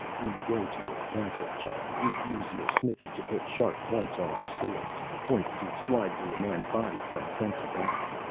we go to your castle, giant. we use your smithy to put sharp points on our swords, points to slide through a man's body from front to back.